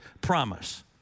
promise